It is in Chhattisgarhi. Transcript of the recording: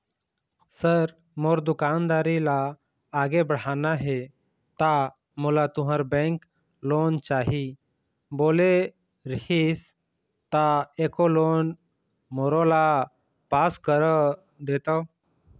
सर मोर दुकानदारी ला आगे बढ़ाना हे ता मोला तुंहर बैंक लोन चाही बोले रीहिस ता एको लोन मोरोला पास कर देतव?